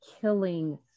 killing